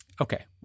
Okay